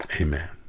Amen